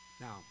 Now